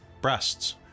breasts